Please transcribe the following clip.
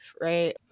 right